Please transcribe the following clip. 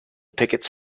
pickets